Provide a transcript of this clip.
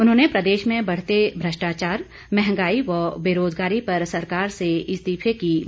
उन्होंने प्रदेश में बढते भ्रष्टाचार मंहगाई व बेरोजगारी पर सरकार से इस्तीफे की मांग भी की